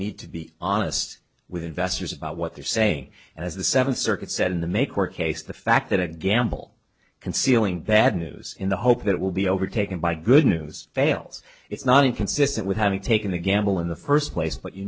need to be honest with investors about what they're saying and as the seventh circuit said in the may court case the fact that a gamble concealing bad news in the hope that it will be overtaken by good news fails it's not inconsistent with having taken the gamble in the first place but you